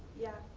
yeah.